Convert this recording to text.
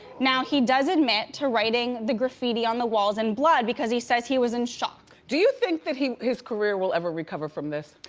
now, he does admit to writing the graffiti on the walls in blood because he says he was in shock. do you think that his career will ever recover from this?